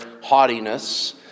haughtiness